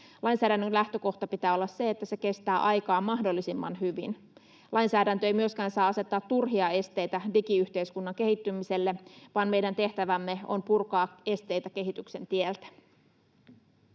Lainsäädännön lähtökohdan pitää olla se, että se kestää aikaa mahdollisimman hyvin. Lainsäädäntö ei myöskään saa asettaa turhia esteitä digiyhteiskunnan kehittymiselle, vaan meidän tehtävämme on purkaa esteitä kehityksen tieltä.